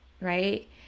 Right